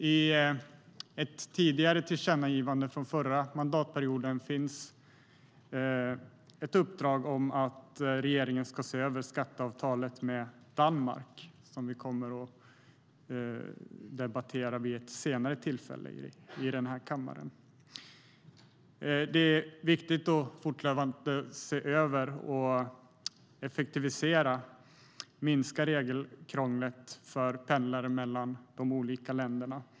I ett tidigare tillkännagivande från den förra mandatperioden finns ett uppdrag till regeringen att se över skatteavtalet med Danmark. Det kommer vi att debattera vid ett senare tillfälle i den här kammaren. Det är viktigt att fortlöpande se över och effektivisera och att minska regelkrånglet för pendlare mellan de olika länderna.